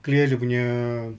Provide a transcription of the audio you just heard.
clear dia punya